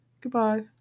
Goodbye